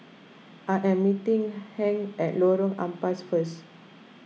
I am meeting Hank at Lorong Ampas first